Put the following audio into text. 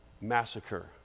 massacre